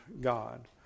God